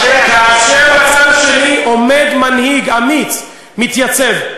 כאשר בצד השני עומד מנהיג אמיץ, מתייצב,